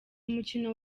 mukino